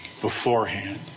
beforehand